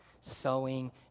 sowing